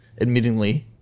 Admittingly